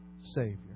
Savior